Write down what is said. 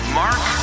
mark